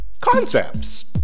concepts